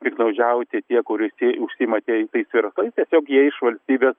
piktnaudžiauti tie kur u užsiima tie tais verslais tiesiog jie iš valstybės